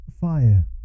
fire